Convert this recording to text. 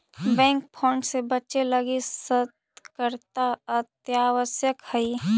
bank fraud से बचे लगी सतर्कता अत्यावश्यक हइ